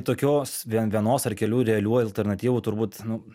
tokios vienos ar kelių realių alternatyvų turbūt nu